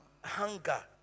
Hunger